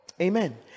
amen